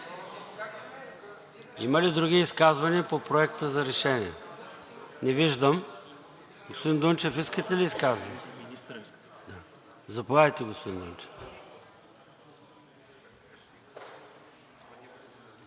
Има ли други изказвания по проекта за решение? Не виждам. Господин Дунчев, искате ли изказване? Заповядайте, господин Дунчев.